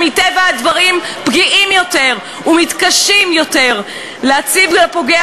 שמטבע הדברים פגיעים יותר ומתקשים יותר להציב לפוגע